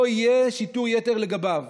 לא יהיה שיטור יתר לגביו?